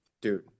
Dude